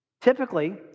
Typically